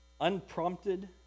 Unprompted